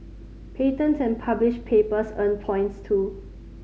patents and published papers earn points too